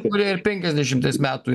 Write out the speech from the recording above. kurie ir penkiasdešimties metų yra tokie